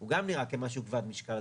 הוא גם נראה כמשהו כבד משקל,